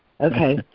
Okay